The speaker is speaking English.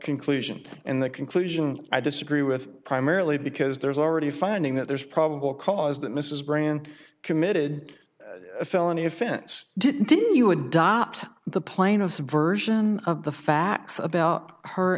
conclusion and that conclusion i disagree with primarily because there is already finding that there is probable cause that mrs brand committed a felony offense didn't didn't you adopt the plain of subversion of the facts about her